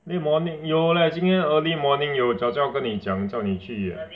li~ morning 有 leh 今天 early morning 有早知道跟你讲叫你去 eh